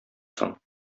соң